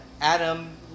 Adam